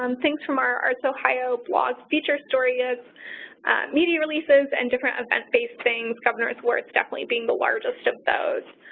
um things from our artsohio blog, feature stories, media releases, and different event-based things. governors awards, definitely being the largest of those.